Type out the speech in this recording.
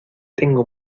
tengo